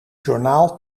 journaal